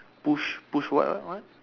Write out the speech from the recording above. push push what what what